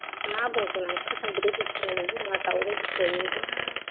मा बुंगोन आंथ' एसेबां बिदि बुंनोबो रोङा दाउनि बिखयै मा